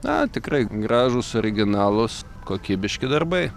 na tikrai gražūs originalūs kokybiški darbai